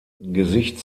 gesicht